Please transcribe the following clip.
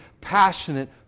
passionate